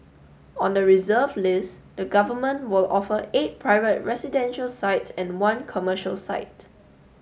on the reserve list the government will offer eight private residential sites and one commercial site